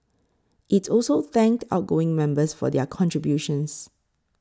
it also thanked outgoing members for their contributions